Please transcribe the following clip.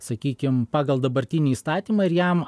sakykim pagal dabartinį įstatymą ir jam